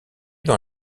dans